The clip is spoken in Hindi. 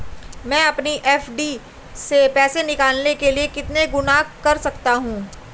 मैं अपनी एफ.डी से पैसे निकालने के लिए कितने गुणक कर सकता हूँ?